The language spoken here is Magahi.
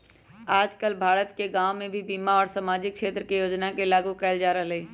आजकल भारत के गांव में भी बीमा और सामाजिक क्षेत्र के योजना के लागू कइल जा रहल हई